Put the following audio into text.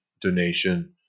donation